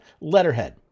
letterhead